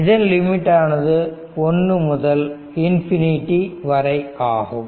இதன் லிமிட் ஆனது 1 முதல் ∞ வரை ஆகும்